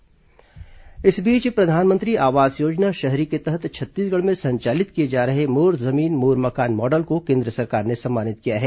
छत्तीसगढ़ पुरस्कार इस बीच प्रधानमंत्री आवास योजना शहरी के तहत छत्तीसगढ़ में संचालित किए जा रहे मोर जमीन मोर मकान मॉडल को केन्द्र सरकार ने सम्मानित किया है